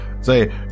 say